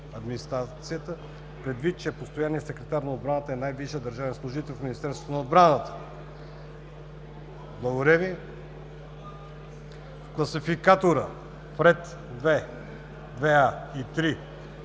администрацията, предвид че постоянният секретар на отбраната е най-висшият държавен служител в Министерството на обраната. В Класификатора в ред 2, 2а и 3